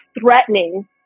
threatening